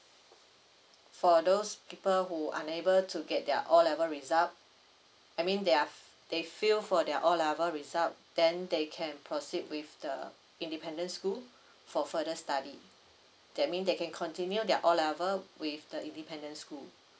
for those people who unable to get their O level result I mean they're they fail for their O level result then they can proceed with the independents school for further study that mean they can continue their O level with the independent school